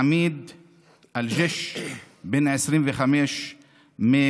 הוא עמיד אל-ג'יש, בן 25 מערערה